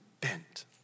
bent